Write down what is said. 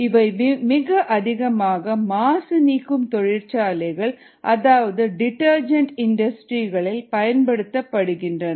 இவை மிக அதிகமாக மாசு நீக்கும் தொழிற்சாலைகள் அதாவது டிடர்ஜெண்ட் இன்டஸ்ட்ரி களில் பயன்படுத்தப்படுகின்றன